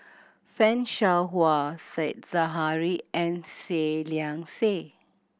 Fan Shao Hua Said Zahari and Seah Liang Seah